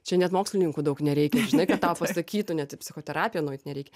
čia net mokslininkų daug nereikia žinai kad tau pasakytų net į psichoterapiją nueit nereikia